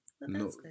No